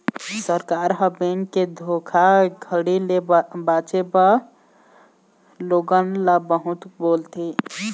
सरकार ह, बेंक के धोखाघड़ी ले बाचे बर लोगन ल बहुत बोलथे